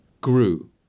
grew